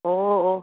ꯑꯣꯑꯣ